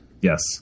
Yes